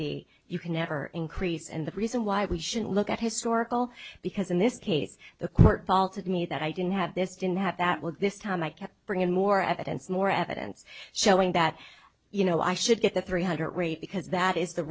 be you can never increase and the reason why we shouldn't look at historical because in this case the court faulted me that i didn't have this didn't have that with this time i can bring in more evidence more evidence showing that you know i should get the three hundred rate because that is the